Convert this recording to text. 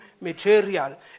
material